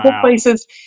places